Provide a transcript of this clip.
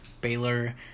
Baylor